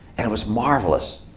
and it was marvelous.